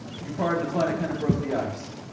if you pardon the pun, it kind of broke the ice.